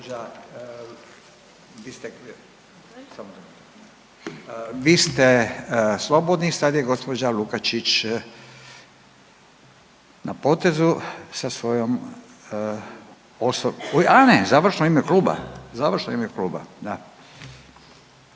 Vi ste slobodni, sad je gospođa Lukačić na potezu sa svojom, a ne završno u ime kluba, završno u ime kluba, da.